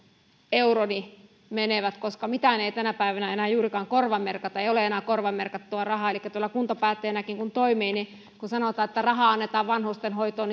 veroeuroni menevät koska mitään ei tänä päivänä enää juurikaan korvamerkata ei ole enää korvamerkattua rahaa elikkä kuntapäättäjänäkin kun toimii niin kun sanotaan että rahaa annetaan vanhustenhoitoon